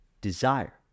desire